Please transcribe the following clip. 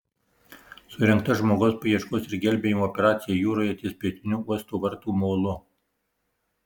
surengta žmogaus paieškos ir gelbėjimo operacija jūroje ties pietiniu uosto vartų molu